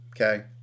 okay